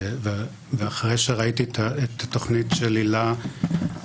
ואחרי שראיתי את התוכנית של הילה,